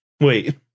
Wait